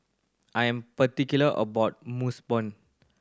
I am particular about